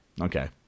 okay